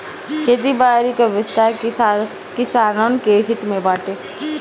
खेती बारी कअ विस्तार किसानन के हित में बाटे